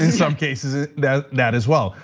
and some cases, that that as well.